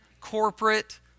corporate